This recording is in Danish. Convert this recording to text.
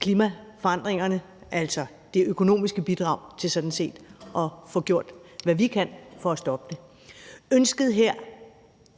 klimaforandringerne, altså det økonomiske bidrag til sådan set at få gjort, hvad vi kan for at stoppe det.